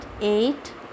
eight